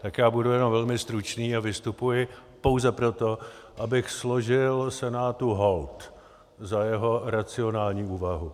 Tak já budu jen velmi stručný a vystupuji pouze proto, abych složil Senátu hold za jeho racionální úvahu.